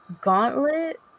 Gauntlet